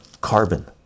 carbon